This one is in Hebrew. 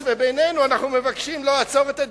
לבינינו אנחנו מבקשים לעצור את הדיונים.